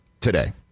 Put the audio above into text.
today